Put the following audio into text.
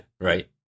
Right